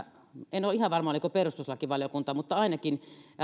en ole ihan varma oliko perustuslakivaliokunta mutta ainakin